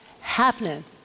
happening